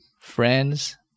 friends